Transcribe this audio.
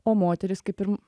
o moterys kaip ir